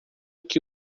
que